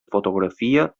fotografia